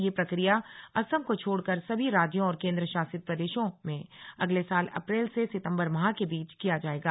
यह प्रक्रिया असम को छोड़कर सभी राज्यों और केंद्र शासित प्रदेशों में अगले साल अप्रैल से सितंबर माह के बीच किया जाएगा